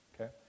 Okay